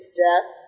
death